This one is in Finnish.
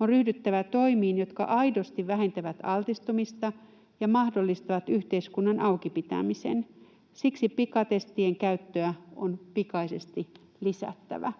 on ryhdyttävä toimiin, jotka aidosti vähentävät altistumista ja mahdollistavat yhteiskunnan auki pitämisen. Siksi pikatestien käyttöä on pikaisesti lisättävä.”